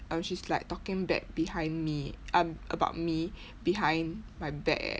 um she's like talking bad behind me um about me behind my back eh